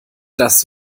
das